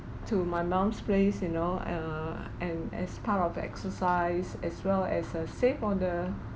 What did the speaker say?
to my mum's place you know err and as part of the exercise as well as uh save on the